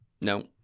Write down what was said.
No